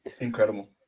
Incredible